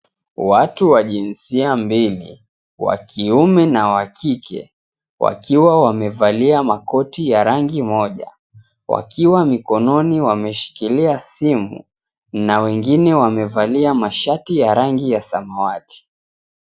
Watu wa jinsia mbili wa kiume na kike, wakiwa wamevalia makoti ya rangi moja, wakiwa mkononi wameshikilia simu na wengine wamevalia mashati ya rangi ya samawati.